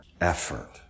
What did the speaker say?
effort